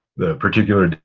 the particular data,